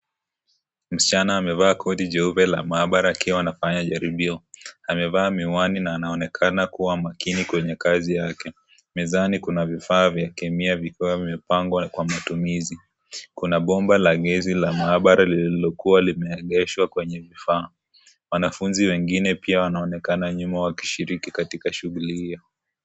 Msichana amevaa koti jeupe la maabara akiwa anafanya jaribio. Amevaa miwani na anaonekana kuwa makini kwenye kazi yake. Mezani kuna vifaa vya kemia vikiwa vimepangwa kwa matumizi. Kuna bomba la gesi la maabara lililokuwa limeegeshwa kwenye vifaa. Wanafunzi wengine pia wanaonekana nyuma wakishiriki katika shughuli hiyo.